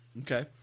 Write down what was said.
Okay